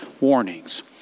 warnings